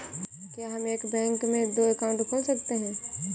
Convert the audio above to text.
क्या हम एक बैंक में दो अकाउंट खोल सकते हैं?